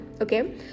okay